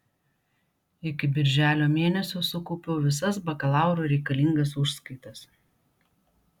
iki birželio mėnesio sukaupiau visas bakalaurui reikalingas užskaitas